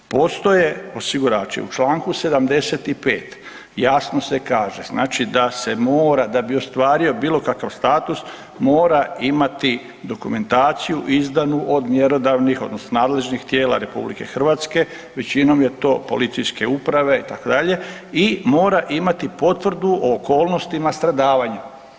Postoje osigurači u Članku 75. jasno se kaže, znači da se mora, da bi ostvario bilo kakav status mora imati dokumentaciju izdanu od mjerodavnih odnosno nadležnih tijela RH, većinom je to policijske uprave itd., i mora imati potvrdu o okolnostima stradavanja.